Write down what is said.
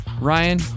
Ryan